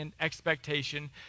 expectation